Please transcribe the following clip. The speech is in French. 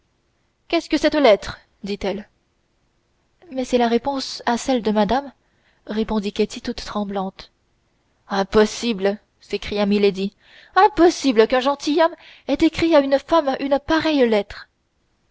qu'est-ce que cette lettre dit-elle mais c'est la réponse à celle de madame répondit ketty toute tremblante impossible s'écria milady impossible qu'un gentilhomme ait écrit à une femme une pareille lettre